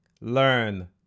learn